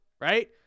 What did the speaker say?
right